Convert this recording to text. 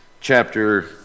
Chapter